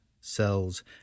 cells